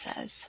says